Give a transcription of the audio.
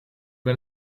ben